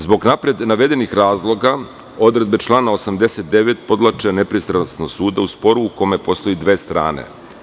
Zbog napred navedenih razloga, odredbe člana 89. podvlače nepristrasnost suda u sporu u kome postoji dve strane.